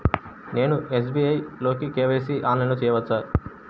నేను ఎస్.బీ.ఐ లో కే.వై.సి ఆన్లైన్లో చేయవచ్చా?